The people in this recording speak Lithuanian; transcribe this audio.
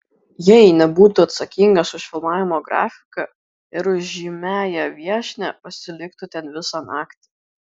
jeigu nebūtų atsakingas už filmavimo grafiką ir už žymiąją viešnią pasiliktų ten visą naktį